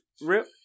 rip